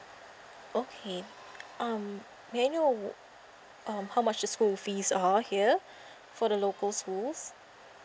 okay um may I know um how much the school fees are here for the local schools